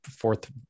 fourth